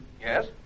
Yes